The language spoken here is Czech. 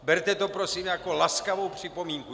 Berte to prosím jako laskavou připomínku.